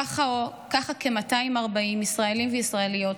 ככה כ-240 ישראלים וישראליות,